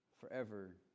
forever